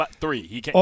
three